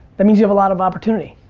that means you have a lot of opportunity.